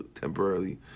temporarily